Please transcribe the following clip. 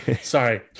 Sorry